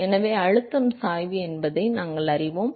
எனவே அழுத்தம் சாய்வு என்ன என்பதை நாங்கள் அறிவோம்